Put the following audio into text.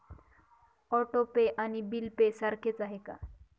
Auto pay आणि bill pay सारखेच आहे का?